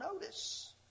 notice